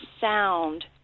sound